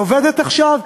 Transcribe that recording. היא עובדת עכשיו?